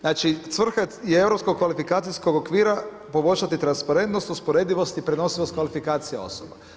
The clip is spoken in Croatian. Znači svrha je europskog kvalifikacijskog okvira, poboljšati transparentnost, usporedivost i prenosivost kvalifikacija osoba.